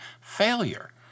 failure